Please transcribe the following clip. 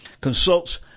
consults